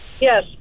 Yes